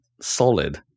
solid